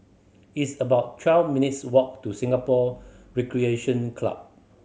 it's about twelve minutes' walk to Singapore Recreation Club